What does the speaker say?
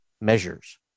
measures